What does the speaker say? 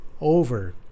over